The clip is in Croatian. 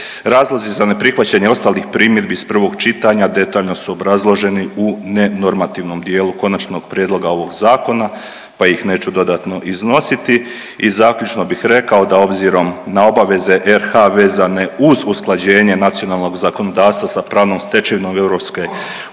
Razlozi za neprihvaćanje ostalih primjedbi iz prvog čitanja detaljno su obrazloženi u nenormativnom dijelu konačnog prijedloga ovog Zakona pa ih neću dodatno iznositi. I zaključno bih rekao da obzirom na obaveze RH vezane uz usklađenje nacionalnog zakonodavstva s pravnom stečevinom EU